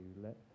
Let